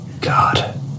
God